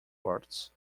parts